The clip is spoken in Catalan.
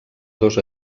dos